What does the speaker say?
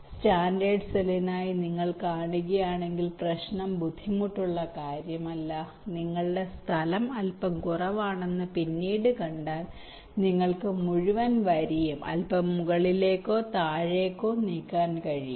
standard സെല്ലിനായി നിങ്ങൾ കാണുകയാണെങ്കിൽ പ്രശ്നം ബുദ്ധിമുട്ടുള്ള കാര്യമല്ല നിങ്ങളുടെ സ്ഥലം അൽപ്പം കുറവാണെന്ന് പിന്നീട് കണ്ടാൽ നിങ്ങൾക്ക് മുഴുവൻ വരിയും അൽപ്പം മുകളിലേക്കോ താഴേക്കോ നീക്കാൻ കഴിയും